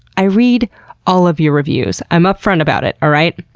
i read all of your reviews. i'm upfront about it, alright?